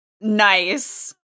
Nice